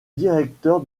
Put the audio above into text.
directeur